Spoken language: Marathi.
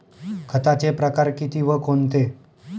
खताचे प्रकार किती व कोणते?